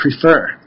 prefer